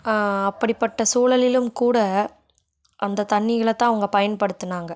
அப்படிப்பட்ட சூழலிலும் கூட அந்த தண்ணிகளைத்தான் அவங்க பயன்படுத்துனாங்கள்